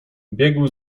biegł